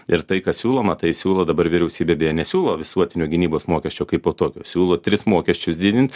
ir tai kas siūloma tai siūlo dabar vyriausybė beje nesiūlo visuotinio gynybos mokesčio kaipo tokio siūlo tris mokesčius didint